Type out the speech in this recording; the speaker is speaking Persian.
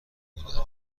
بودن